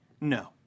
No